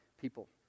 people